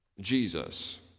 Jesus